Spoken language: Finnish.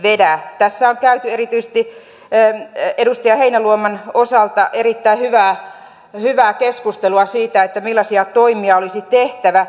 tässä on käyty erityisesti edustaja heinäluoman osalta erittäin hyvää keskustelua siitä millaisia toimia olisi tehtävä